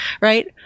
Right